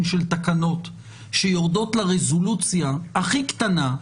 של תקנות שיורדות לרזולוציה הכי קטנה,